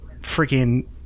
freaking